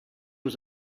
was